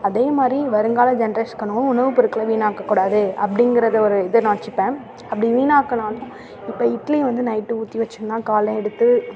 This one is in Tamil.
அதே மாதிரி வருங்கால ஜென்ரேஷ்க்கணும் உணவு பொருட்களை வீணாக்கக்கூடாது அப்படிங்கிறத ஒரு இதை நான் வச்சிப்பேன் அப்படி வீணாக்க நான் இப்போ இட்லி வந்து நைட்டு ஊற்றி வச்சோனால் காலைல எடுத்து